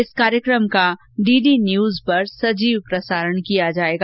इस कार्यक्रम का डीडी न्यूज पर सजीव प्रसारण किया जाएगा